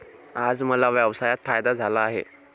आज मला व्यवसायात फायदा झाला आहे